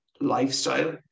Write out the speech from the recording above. Lifestyle